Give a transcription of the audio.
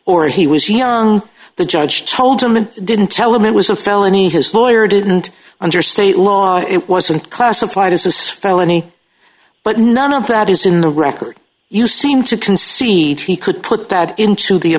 or he was young the judge told him and didn't tell him it was a felony his lawyer didn't under state law it wasn't classified as a sphero any but none of that is in the record you seem to concede he could put that into the